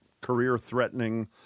career-threatening